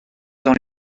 dans